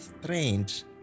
strange